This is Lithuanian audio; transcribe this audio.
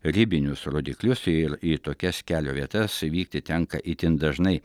ribinius rodiklius ir į tokias kelio vietas vykti tenka itin dažnai